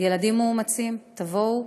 ילדים מאומצים, תבואו,